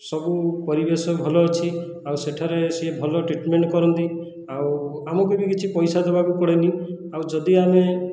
ସବୁ ପରିବେଶ ଭଲ ଅଛି ଆଉ ସେଠାରେ ସିଏ ଭଲ ଟ୍ରିଟ୍ମେଣ୍ଟ୍ କରନ୍ତି ଆଉ ଆମକୁ ବି କିଛି ପଇସା ଦେବାକୁ ପଡ଼େନି ଆଉ ଯଦି ଆମେ